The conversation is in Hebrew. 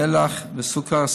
מלח וסוכר.